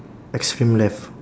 extreme left